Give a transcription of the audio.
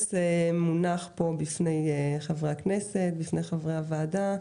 הטופס מונח בפני חברי הכנסת והוועדה.